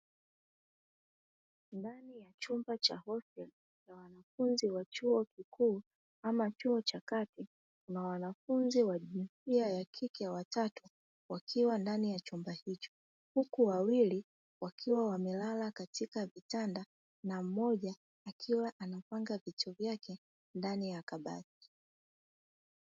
Ndani ya chumba cha hosteli wanafunzi wa chuo kikuu ama chuo cha kati, kuna wanafunzi wa jinsia ya kike watatu wakiwa ndani ya chumba hicho huku wawili wakiwa wamelala katika vitanda na mmoja akiwa anapanga vitu vyake ndani ya kabati.